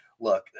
look